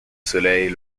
soleil